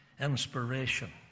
inspiration